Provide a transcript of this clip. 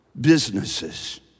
businesses